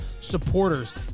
supporters